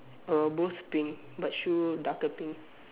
err most pink but shoe darker pink